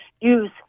use